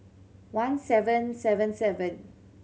one seven seven seven